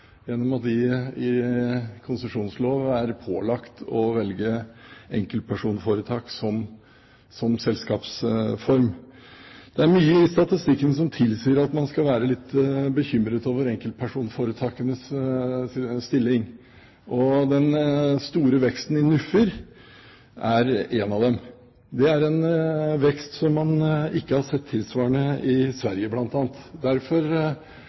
gjennom at de i konsesjonsloven er pålagt å velge enkeltpersonforetak som selskapsform. Det er mye i statistikken som tilsier at man skal være litt bekymret over enkeltpersonforetakenes stilling, bl.a. den store veksten i NUF-er. Det er en vekst som man ikke har sett tilsvarende av i